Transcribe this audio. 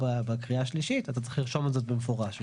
בקריאה השלישית אתה צריך לרשום את זה במפורש.